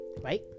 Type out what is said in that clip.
right